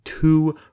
two